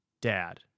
Dad